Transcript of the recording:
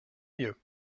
mieux